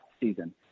season